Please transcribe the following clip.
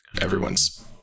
everyone's